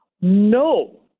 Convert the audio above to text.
No